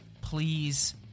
Please